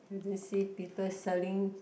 you don't see people selling